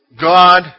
God